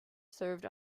served